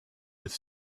with